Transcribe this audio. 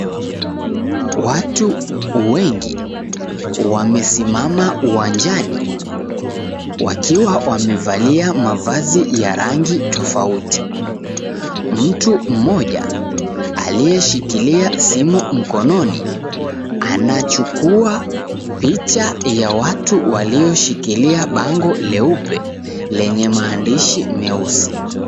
Watu wengi wamesimama uwanjani wakiwa wamevalia mavazi ya rangi tofauti. Mtu mmoja aliyeshikilia simu mkononi anachukua picha ya watu walioshikilia bango leupe lenye maandishi meusi.